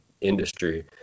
industry